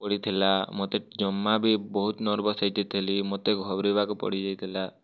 ପଡ଼ିଥିଲା ମୋତେ ଜମା ବି ବହୁତ୍ ନର୍ଭସ୍ ହେଇଯାଇଥିଲି ମୋତେ ଘବ୍ରେଇବାକୁ ପଡ଼ିଯାଇଥିଲା